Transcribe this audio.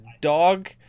dog